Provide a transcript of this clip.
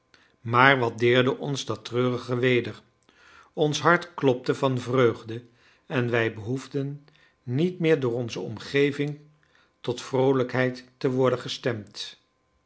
maar wat deerde ons dat treurige weder ons hart klopte van vreugde en wij behoefden niet meer door onze omgeving tot vroolijkheid te worden gestemd